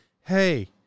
hey